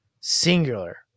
singular